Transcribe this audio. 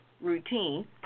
routine